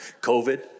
COVID